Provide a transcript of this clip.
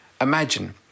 imagine